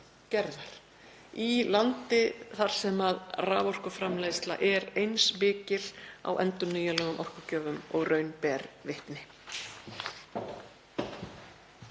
í landi þar sem raforkuframleiðsla er eins mikil á endurnýjanlegum orkugjöfum og raun ber vitni.